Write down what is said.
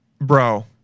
bro